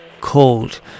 cold